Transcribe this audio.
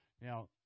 Now